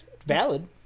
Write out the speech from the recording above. Valid